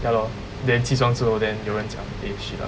ya lor then 起床之后 then 有人讲 eh shit ah